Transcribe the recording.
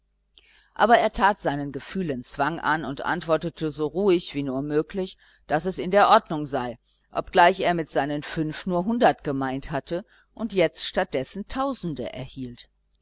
aber er tat seinen gefühlen zwang an und antwortete so ruhig wie nur möglich daß es in der ordnung sei obgleich er mit seinen fünf nur hunderte gemeint hatte und jetzt statt dessen tausende erhielt